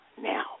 now